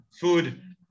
food